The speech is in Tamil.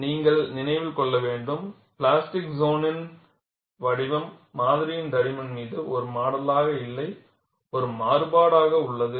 நீங்கள் நினைவில் கொள்ள வேண்டும் பிளாஸ்டிக் சோன்யின் வடிவம் மாதிரியின் தடிமன் மீது ஒரே மாடலாக இல்லை ஒரு மாறுபாடு உள்ளது